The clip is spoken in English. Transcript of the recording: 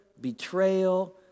betrayal